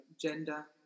gender